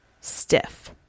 stiff